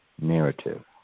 narrative